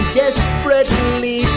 desperately